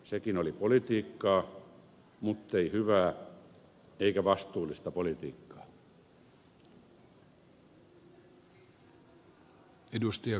sekin oli politiikkaa muttei hyvää eikä vastuullista politiikkaa